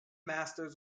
masters